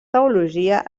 teologia